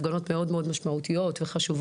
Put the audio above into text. הפגנות מאוד מאוד משמעותיות וחשובות.